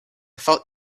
thought